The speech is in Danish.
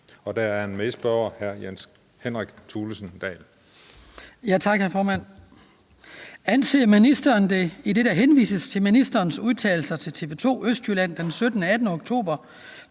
Skibby (DF) (medspørger: Jens Henrik Thulesen Dahl (DF)): Anser ministeren det – idet der henvises til ministerens udtalelser til TV 2/Østjylland den 17.-18. oktober